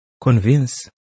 Convince